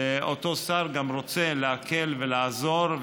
ואותו שר גם רוצה להקל ולעזור,